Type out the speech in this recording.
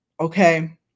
Okay